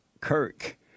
Kirk